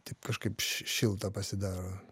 taip kažkaip šilta pasidaro